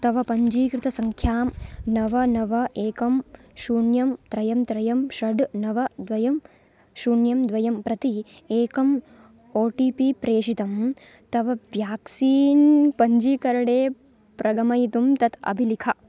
तव पञ्जीकृतसङ्ख्यां नव नव एकं शून्यं त्रयं त्रयं षट् नव द्वयं शून्यं द्वयं प्रति एकम् ओ टि पि प्रेषितं तव वेक्सिन् पञ्जीकरणे प्रगमयितुं तत् अभिलिख